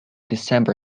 december